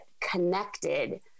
connected